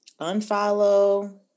unfollow